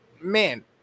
man